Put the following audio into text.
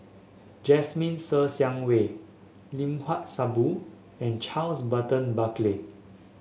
Jasmine Ser Xiang Wei Limat Sabtu and Charles Burton Buckley